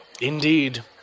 Indeed